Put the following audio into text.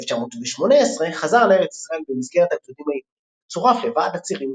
ב-1918 חזר לארץ ישראל במסגרת הגדודים העבריים וצורף לוועד הצירים.